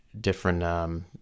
different